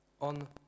on